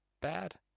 bad